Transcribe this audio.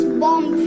bomb